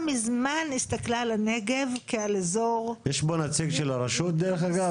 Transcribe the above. המדינה מזמן הסתכלה על הנגב כעל אזור יש פה נציג של הרשות דרך אגב?